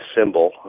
symbol